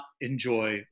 enjoy